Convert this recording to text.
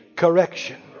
Correction